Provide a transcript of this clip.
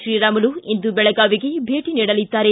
ಶ್ರೀರಾಮುಲು ಇಂದು ಬೆಳಗಾವಿಗೆ ಭೇಟಿ ನೀಡಲಿದ್ದಾರೆ